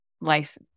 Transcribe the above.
life